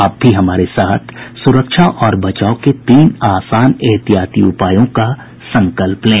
आप भी हमारे साथ सुरक्षा और बचाव के तीन आसान एहतियाती उपायों का संकल्प लें